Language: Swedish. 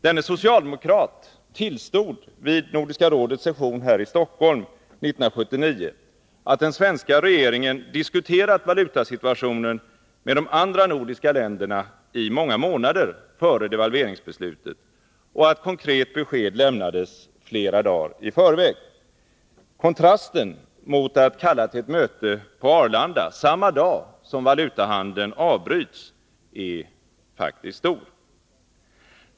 Denne socialdemokrat tillstod vid Nordiska rådets session här i Stockholm 1979 att den svenska regeringen diskuterat valutasituationen med de andra nordiska länderna i många månader före devalveringsbeslutet och att konkret besked lämnades flera dagar i förväg. Kontrasten mot att kalla till ett möte på Arlanda samma dag som valutahandeln avbryts är faktiskt stor.